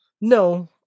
No